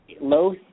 low